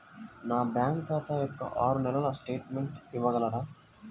నా బ్యాంకు ఖాతా యొక్క ఆరు నెలల స్టేట్మెంట్ ఇవ్వగలరా?